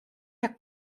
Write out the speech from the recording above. jak